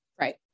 Right